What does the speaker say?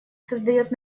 создает